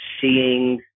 seeing